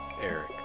Eric